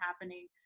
happening